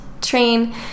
train